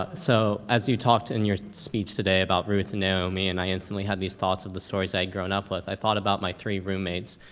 ah so, as you talked in your speech today about ruth and naomi and i instantly had these thoughts of the stories i'd grown up with, i thought about my three roommates,